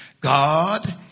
God